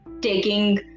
taking